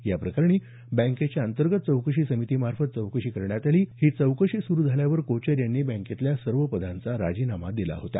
या प्रकरणी बँकेच्या अंतर्गत चौकशी समिती मार्फत चौकशी करण्यात आली ही चौकशी सुरू झाल्यावर कोचर यांनी बँकेतल्या सर्व पदांचा राजीनामा दिला होता